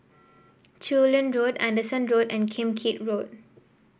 Chu Lin Road Anderson Road and Kim Keat Road